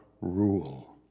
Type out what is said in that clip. rule